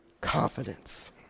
confidence